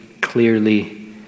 clearly